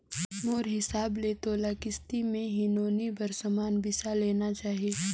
मोर हिसाब ले तोला किस्ती मे ही नोनी बर समान बिसा लेना चाही